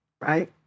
right